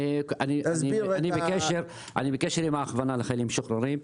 אני בקשר עם ההכוונה לחיילים משוחררים,